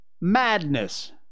madness